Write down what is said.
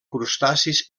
crustacis